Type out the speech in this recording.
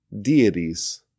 deities